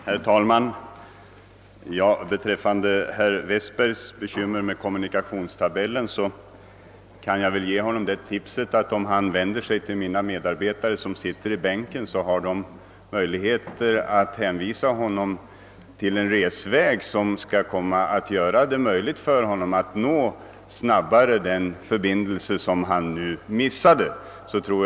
Herr talntan! Till herr Westberg, som har bekymmer med kommunikationstabellen, kan jag ge tipset att vända sig till mina medarbetare i bänken som har möjlighet att anvisa en resväg så att herr Westberg snabbare kan nå den förbindelse han nu har missat.